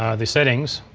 um the settings.